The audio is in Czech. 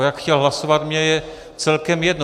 Jak chtěl hlasovat, je mi celkem jedno.